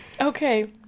Okay